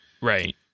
Right